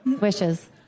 wishes